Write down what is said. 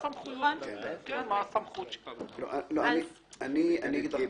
מהרגע שהגדרנו בתקנות ואני אומר לך,